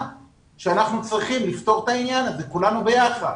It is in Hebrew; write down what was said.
שאנחנו צריכים לפתור את העניין הזה כולנו ביחד.